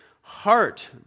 heart